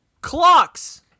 clocks